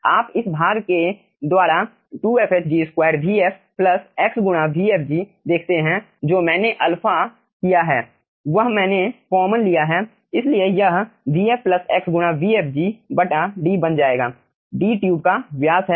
आप इस भाग के द्वारा 2fh G2 vf plus x गुणा vfg देखते हैं जो मैंने α किया है वह मैंने कॉमन लिया है इसलिए यह vf प्लस x गुणा vfg D बन जाएगा D ट्यूब का व्यास है